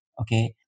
okay